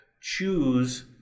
choose